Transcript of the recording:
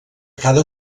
cada